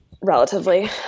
relatively